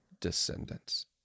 descendants